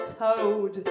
toad